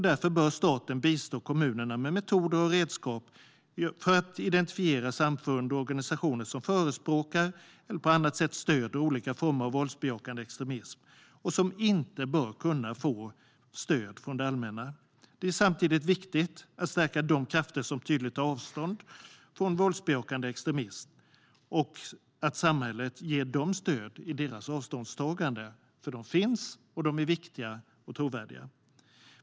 Därför bör staten bistå kommunerna med metoder och redskap för att identifiera samfund och organisationer som förespråkar eller på annat sätt stöder olika former av våldsbejakande extremism och som därmed inte bör kunna uppbära stöd från det allmänna. Det är samtidigt viktigt att stärka de krafter som tydligt tar avstånd från våldsbejakande extremism och att samhället ger dem stöd i deras avståndstagande. Dessa krafter finns, och de är viktiga och trovärdiga.